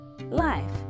life